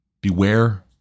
Beware